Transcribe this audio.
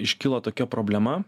iškilo tokia problema